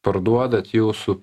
parduodat jau su